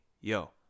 yo